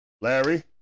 Larry